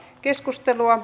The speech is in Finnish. keskustelua